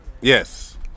Yes